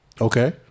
Okay